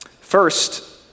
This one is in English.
First